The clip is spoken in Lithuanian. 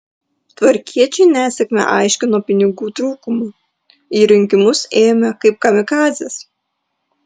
tvarkiečiai nesėkmę aiškino pinigų trūkumu į rinkimus ėjome kaip kamikadzės